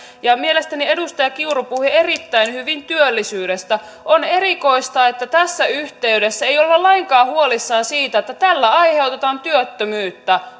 mielestäni edustaja kiuru puhui erittäin hyvin työllisyydestä on erikoista että tässä yhteydessä ei olla lainkaan huolissaan siitä että tällä aiheutetaan työttömyyttä